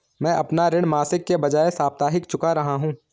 मैं अपना ऋण मासिक के बजाय साप्ताहिक चुका रहा हूँ